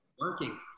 working